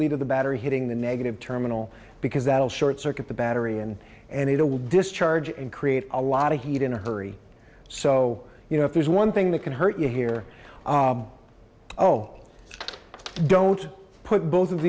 of the battery hitting the negative terminal because that will short circuit the battery and and it will discharge and create a lot of heat in a hurry so you know if there's one thing that can hurt you here oh don't put both of